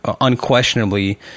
unquestionably